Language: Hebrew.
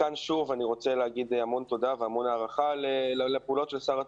אני רוצה להגיד שוב המון תודה והערכה לפעולות של שר התרבות.